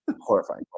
horrifying